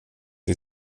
det